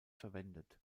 verwendet